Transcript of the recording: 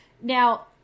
Now